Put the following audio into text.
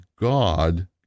God